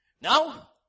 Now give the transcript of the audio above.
Now